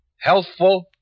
Healthful